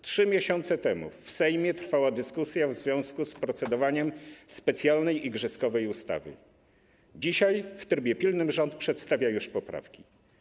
3 miesiące temu w Sejmie trwała dyskusja w związku z procedowaniem nad specjalną igrzyskową ustawą, a dzisiaj już w trybie pilnym rząd przedstawia poprawki.